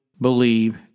believe